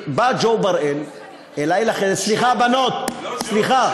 בא ג'ו בראל אלי לחדר, סליחה, בנות, סליחה.